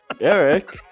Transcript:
Eric